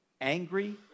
angry